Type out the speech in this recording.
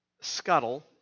scuttle